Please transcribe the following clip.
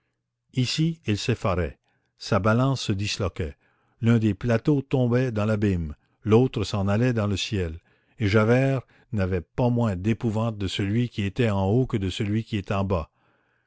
ici il s'effarait sa balance se disloquait l'un des plateaux tombait dans l'abîme l'autre s'en allait dans le ciel et javert n'avait pas moins d'épouvante de celui qui était en haut que de celui qui était en bas